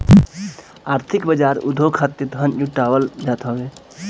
आर्थिक बाजार उद्योग खातिर धन जुटावल जात हवे